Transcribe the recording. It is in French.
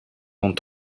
vont